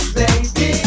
baby